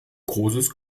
großes